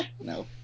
No